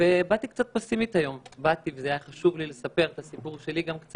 באתי לפה וחשוב לי לספר קצת גם את הסיפור שלי.